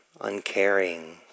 uncaring